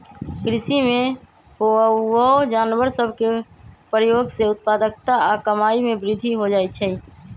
कृषि में पोअउऔ जानवर सभ के प्रयोग से उत्पादकता आऽ कमाइ में वृद्धि हो जाइ छइ